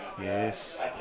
Yes